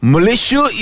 Malaysia